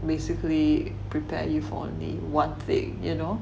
basically prepare you for the one thing you know